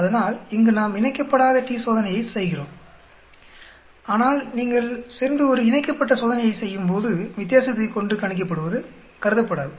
அதனால் இங்கு நாம் இணைக்கப்படாத t சோதனையை செய்கிறோம் ஆனால் நீங்கள் சென்று ஒரு இணைக்கப்பட்ட சோதனையை செய்யும்போது வித்தியாசத்தை கொண்டு கணிக்கப்படுவது கருதப்படாது